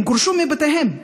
הם גורשו מבתיהם.